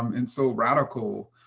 um and so radical.